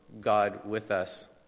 God-with-us